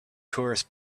tourists